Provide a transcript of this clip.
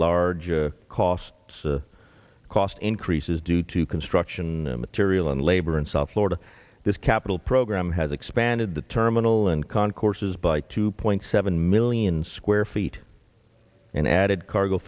larger costs cost increases due to construction material and labor in south florida this capital program has expanded the terminal and concourses by two point seven million square feet and added cargo